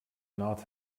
not